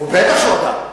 בטח שהוא אדם.